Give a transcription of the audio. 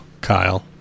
Kyle